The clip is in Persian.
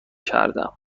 کردم